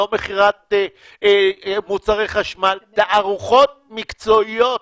לא מכירת מוצרי חשמל תערוכות מקצועיות.